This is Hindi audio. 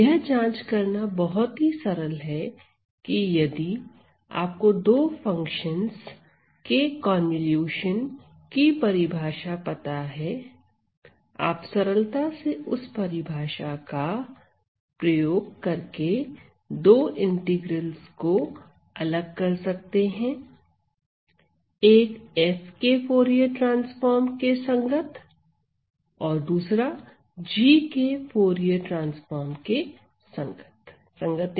यह जांच करना बहुत ही सरल है यदि आपको दो फंक्शंस के कन्वॉल्यूशन की परिभाषा पता है आप सरलता से उस परिभाषा का प्रयोग करके दो इंटीग्रल्स को अलग कर सकते हैं एक F के फूरिये ट्रांसफार्म के संगत और दूसरा G के फूरिये ट्रांसफार्म के संगत